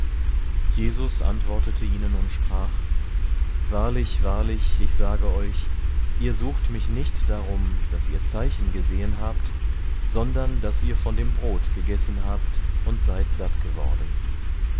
jesus antwortete ihnen und sprach wahrlich wahrlich ich sage euch ihr suchet mich nicht darum daß ihr zeichen gesehen habt sondern daß ihr von dem brot gegessen habt und seid satt geworden